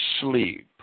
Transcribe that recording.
sleep